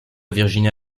virginia